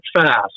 fast